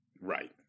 Right